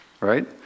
Right